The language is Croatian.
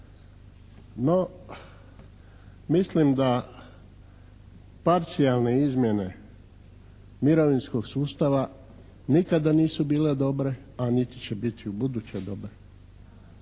No mislim da parcijalne izmjene mirovinskog sustava nikada nisu bile dobre, a niti će biti ubuduće dobre.